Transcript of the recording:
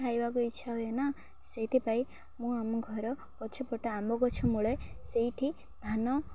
ତ କିଛି ଖାଇବାକୁ ଇଚ୍ଛା ହୁଏ ନା ସେଇଥିପାଇଁ ମୁଁ ଆମ ଘର ଗଛପଟା ଆମ୍ବ ଗଛ ମୂଳେ ସେଇଠି ଧାନ